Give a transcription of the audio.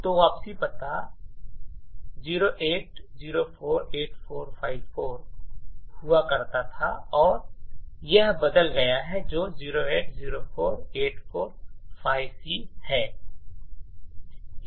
तो वापसी पता 08048454 हुआ करता था और यह बदल गया है जो 0804845C है